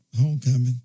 homecoming